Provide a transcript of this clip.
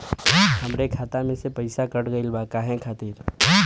हमरे खाता में से पैसाकट गइल बा काहे खातिर?